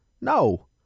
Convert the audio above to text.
No